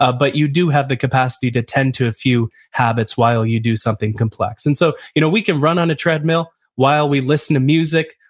ah but you do have the capacity to attend to a few habits while you do something complex. and so you know we can run on a treadmill while we listen to music,